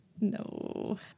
No